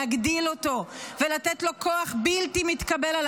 להגדיל אותו ולתת לו כוח בלתי מתקבל על